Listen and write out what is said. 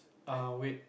err weight